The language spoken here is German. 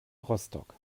rostock